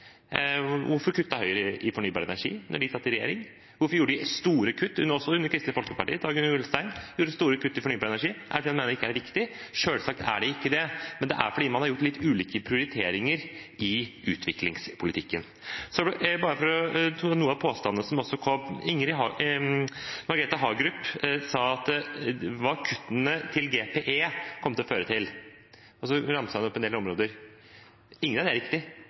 Hvorfor kuttet Høyre i fornybar energi da de satt i regjering? Hvorfor gjorde de – og også Kristelig Folkeparti, under Dag-Inge Ulstein – store kutt i fornybar energi? Er det fordi de mener det ikke er viktig? Selvsagt er det ikke det, men det er fordi man har gjort litt ulike prioriteringer i utviklingspolitikken. Bare for å ta noen av de påstandene som også kom: Margret Hagerup sa hva kuttene til GPE kom til å føre til, og så ramset hun opp en del områder. Ingenting av det er riktig,